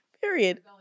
Period